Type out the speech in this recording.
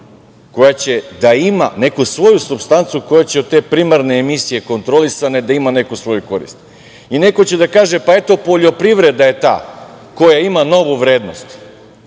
koja će da ima neku svoju supstancu koja će od te primarne emisije kontrolisane da ima neku svoju korist. Neko će da kaže pa, eto, poljoprivreda je ta koja ima novu vrednost,